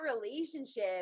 relationship